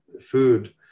food